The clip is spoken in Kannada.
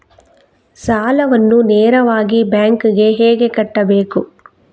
ಸಾಲವನ್ನು ನೇರವಾಗಿ ಬ್ಯಾಂಕ್ ಗೆ ಹೇಗೆ ಕಟ್ಟಬೇಕು?